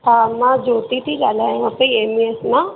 हा मां ज्योति ति ॻाल्हायां पई एनवीएस मां